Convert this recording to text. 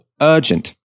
urgent